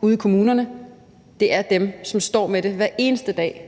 ude i kommunerne, men det er dem, som står med det hver eneste dag.